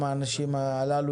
אנחנו מחויבים לקידום מהלך ההפרטה.